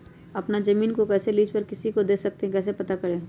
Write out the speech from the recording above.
अपना जमीन को कैसे लीज पर किसी को दे सकते है कैसे पता करें?